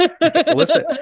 Listen